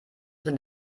sind